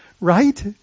right